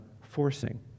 forcing